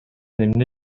эмне